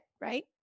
right